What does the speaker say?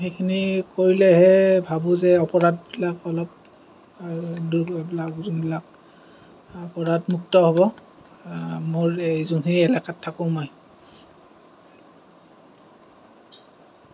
সেইখিনি কৰিলেহে ভাৱো যে অপৰাধবিলাক অলপ আৰু এইবিলাক যোনবিলাক অপৰাধ মুক্ত হ'ব মোৰ এই যোনখিনি এলেকাত থাকো মই